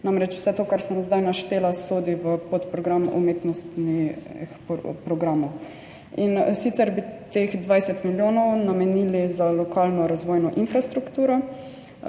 namreč vse to, kar sem zdaj naštela, sodi v podprogram umetnostnih programov, in sicer bi teh 20 milijonov namenili za lokalno razvojno infrastrukturo,